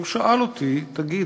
הוא שאל אותי: תגיד,